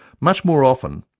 much more often,